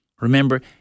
Remember